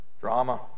drama